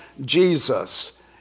Jesus